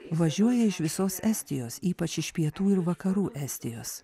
važiuoja iš visos estijos ypač iš pietų ir vakarų estijos